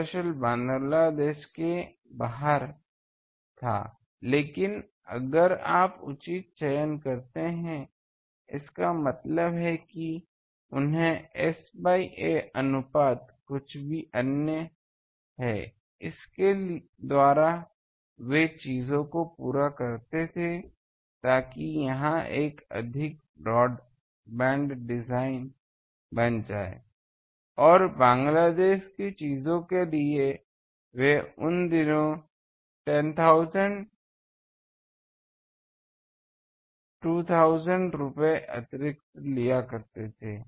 दरअसल बांग्लादेश बाहर था लेकिन अगर आप उचित चयन करते हैं इसका मतलब है कि उन्हें S बाय "a‟ अनुपात कुछ अन्य है इसके द्वारा वे चीजों को पूरा कर सकते थे ताकि यह एक अधिक ब्रॉड बैंड डिजाइन बन जाए और बांग्लादेश की चीज़ों के लिए वे उन दिनों में 1000 2000 रुपये अतिरिक्त लिया करते थे